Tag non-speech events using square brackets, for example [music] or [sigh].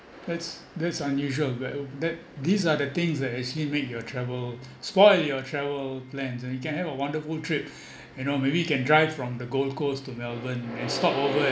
that's that's unusual where that these are the things that actually make your travel spoil your travel plans ah you can have a wonderful trip [breath] you know maybe you can drive from the gold coast to melbourne and stop over at